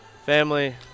Family